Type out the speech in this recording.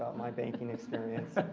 my banking experience.